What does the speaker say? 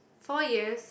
four years